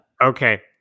Okay